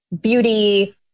beauty